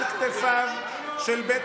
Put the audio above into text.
על כתפיו של בית